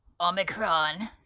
omicron